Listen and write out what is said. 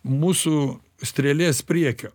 mūsų strėlės priekio